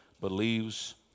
believes